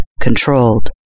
controlled